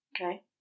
Okay